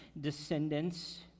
descendants